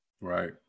right